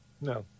No